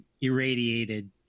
irradiated